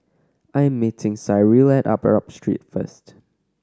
I am meeting Cyril at Arab Street first